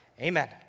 Amen